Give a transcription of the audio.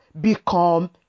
become